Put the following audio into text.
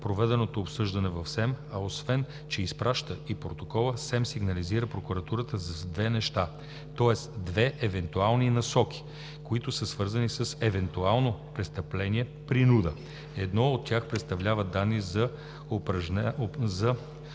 проведеното обсъждане в СЕМ, а освен че изпраща протокола, СЕМ сигнализира прокуратурата за две неща, тоест две евентуални насоки, които са свързани с евентуално престъпление принуда. Едното от тях представлява данни за упражнена